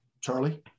Charlie